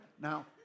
now